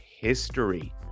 history